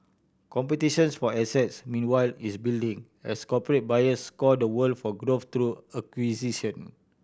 competition for assets meanwhile is building as corporate buyers scour the world for growth through acquisition